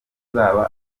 uzaba